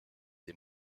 des